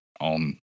on